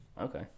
Okay